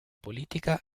politica